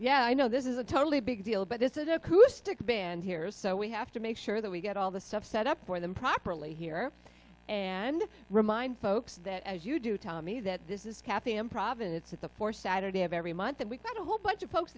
yeah i know this is a totally big deal but this is the acoustic band here so we have to make sure that we get all the stuff set up for them properly here and remind folks that as you do tommy that this is cathy improv and it's at the four saturday of every month and we've got a whole bunch of folks